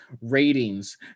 ratings